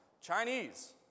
Chinese